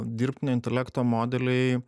dirbtinio intelekto modeliai